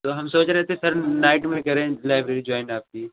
तो हम सोच रहे थे सर नाईट में करें लाइब्रेरी जाॅइन आपकी